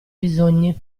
bisogni